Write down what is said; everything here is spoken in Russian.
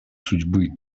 судьбы